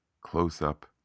close-up